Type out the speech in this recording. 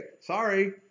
sorry